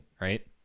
right